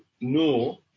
No